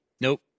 Nope